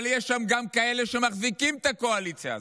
אבל יש שם גם כאלה שמחזיקים את הקואליציה הזאת,